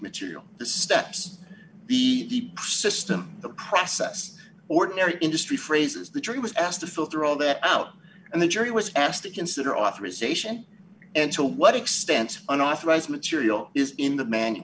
material the steps the system the process ordinary industry phrases the jury was asked to filter all that out and the jury was asked to consider authorisation and to what extent unauthorized material is in the man